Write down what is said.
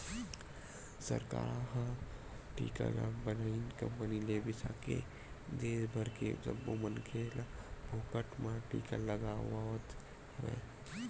सरकार ह टीका ल बनइया कंपनी ले बिसाके के देस भर के सब्बो मनखे ल फोकट म टीका लगवावत हवय